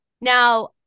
Now